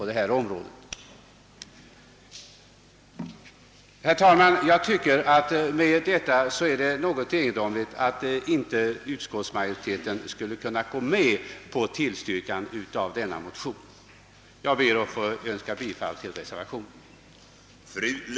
Herr talman! Efter dessa citat är det en smula förvånande att utskottsmajoriteten inte kan dela vår mening och tillstyrka motionen. Jag ber att få yrka bifall till reservationen.